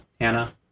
Hannah